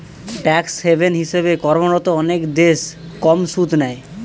tax haven হিসেবে কর্মরত অনেক দেশ কম সুদ নেয়